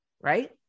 Right